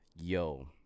Yo